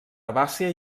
herbàcia